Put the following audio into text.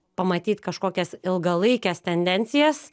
pamatyt kažkokias ilgalaikes tendencijas